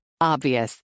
Obvious